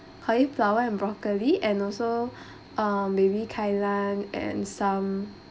cauliflower and broccoli and also uh maybe kailan and some